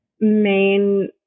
main